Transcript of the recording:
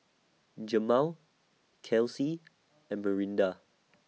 Jemal Kelcie and Miranda